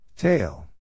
Tail